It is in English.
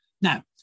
Now